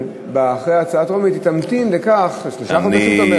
ואחרי ההצעה הטרומית היא תמתין לכך שלושה חודשים אתה אומר,